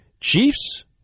Chiefs